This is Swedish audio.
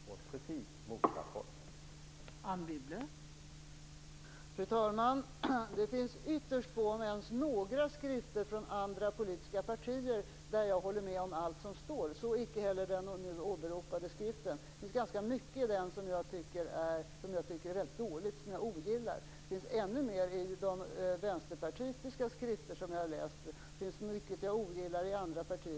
Detta är en väg åt precis motsatt håll.